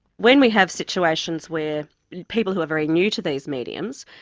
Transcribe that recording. when we have situations where people who are very new to these mediums,